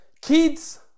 kids